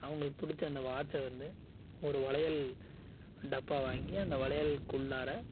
அவங்களுக்கு பிடிச்ச அந்த வாட்சை வந்து ஒரு வளையல் டப்பா வாங்கி அந்த வளையல்குள்ளார